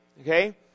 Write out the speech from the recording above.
okay